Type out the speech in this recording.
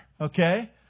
Okay